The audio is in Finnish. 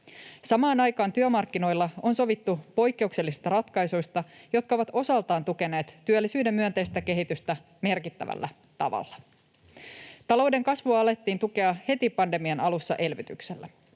Samaan aikaan työmarkkinoilla on sovittu poikkeuksellisista ratkaisuista, jotka ovat osaltaan tukeneet työllisyyden myönteistä kehitystä merkittävällä tavalla. Talouden kasvua alettiin tukea heti pandemian alussa elvytyksellä.